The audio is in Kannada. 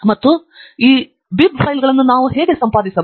ಮತ್ತು ಈ ಬೈಬ್ ಫೈಲ್ಗಳನ್ನು ನಾವು ಹೇಗೆ ಸಂಪಾದಿಸಬಹುದು